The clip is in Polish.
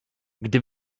gdy